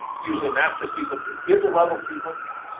usually a master sequence is a level sequence,